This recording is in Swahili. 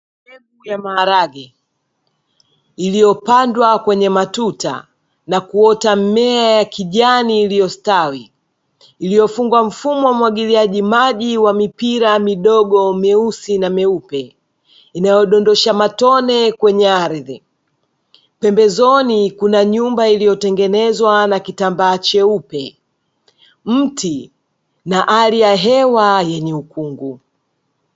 Mbegu ya maharage iliyopandwa kwenye matuta na kuota mmea ya kijani iliyostawi iliyofungwa mfumo wa umwagiliaji maji wa mipira midogo meusi na meupe inayodondosha matone kwenye ardhi, pembezoni kuna nyumba iliyotengenezwa na kitambaa cheupe, mti na hali ya hewa yenye ukungu.